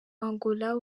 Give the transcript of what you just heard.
angola